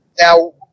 Now